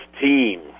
team